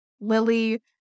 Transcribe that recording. Lily